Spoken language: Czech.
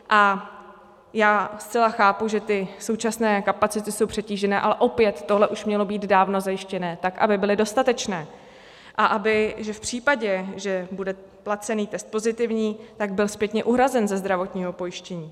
A já zcela chápu, že současné kapacity jsou přetíženy, ale opět, tohle už mělo být dávno zajištěno tak, aby byly dostatečné a aby v případě, že bude placený test pozitivní, byl zpětně uhrazen ze zdravotního pojištění.